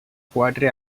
quatre